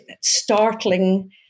startling